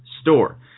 store